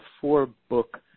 four-book